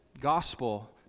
gospel